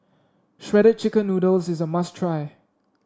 Shredded Chicken Noodles is a must try